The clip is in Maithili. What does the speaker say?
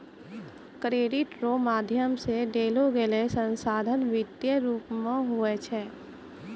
क्रेडिट रो माध्यम से देलोगेलो संसाधन वित्तीय रूप मे हुवै छै